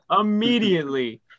immediately